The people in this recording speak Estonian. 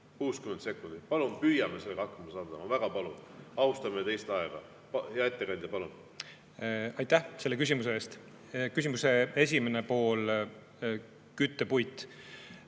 60 sekundit. Palun püüame sellega hakkama saanud, ma väga palun. Austame teiste aega. Hea ettekandja, palun! Aitäh selle küsimuse eest! Küsimuse esimene pool oli küttepuidu